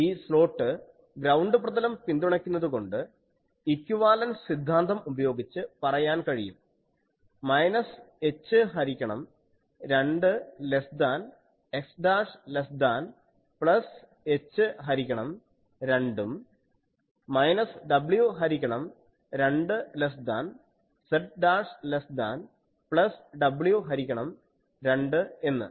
ഈ slot ground പ്രതലം പിന്തുണക്കുന്നത് കൊണ്ട് ഇക്വിവാലൻസ് സിദ്ധാന്തം ഉപയോഗിച്ച് പറയാൻ കഴിയും മൈനസ് h ഹരിക്കണം 2 less than x less than plus h ഹരിക്കണം 2 ഉം മൈനസ് w ഹരിക്കണം 2 less than z less than plus w ഹരിക്കണം 2 എന്ന്